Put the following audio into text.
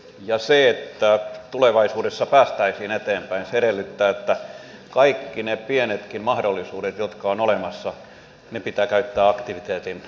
ja se että tulevaisuudessa päästäisiin eteenpäin edellyttää että kaikki ne pienetkin mahdollisuudet jotka ovat olemassa pitää käyttää aktiviteetin nostamiseen